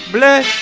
Bless